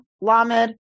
lamed